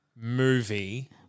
Movie